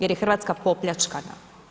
Jer je Hrvatska popljačkana.